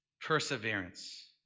perseverance